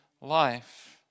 life